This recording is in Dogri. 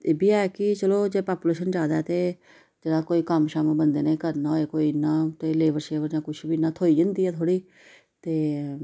ते ऐ बी एह् कि चलो जे पापुलेशन जैदा ऐ ते जैदा कोई कम्म शम्म बंदे ने करना होए कोई इन्नां ते लेबर शेबर जां कुछ बी इन्नां थ्होई जंदी ऐ थोह्ड़ी ते